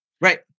Right